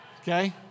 Okay